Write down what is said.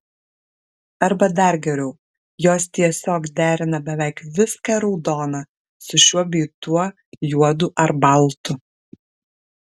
arba dar geriau jos tiesiog derina beveik viską raudoną su šiuo bei tuo juodu ar baltu